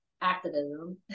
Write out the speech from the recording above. activism